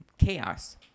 chaos